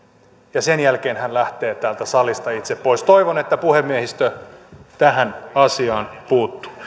ja sen jälkeen hän lähtee täältä salista itse pois toivon että puhemiehistö tähän asiaan puuttuu